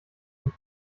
dem